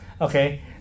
Okay